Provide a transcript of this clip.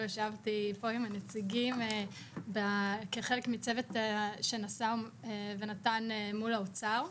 ישבתי פה עם הנציגים כחלק מצוות שנשא ונתן מול האוצר.